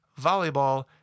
volleyball